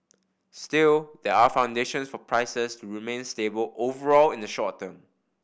still there are foundations for prices to remain stable overall in the short term